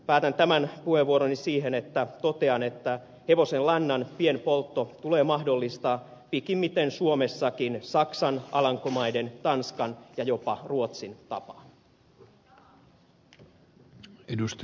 päätän tämän puheenvuoroni siihen että totean että hevosenlannan pienpoltto tulee mahdollistaa pikimmiten suomessakin saksan alankomaiden tanskan ja jopa ruotsin tapaan